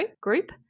group